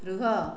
ରୁହ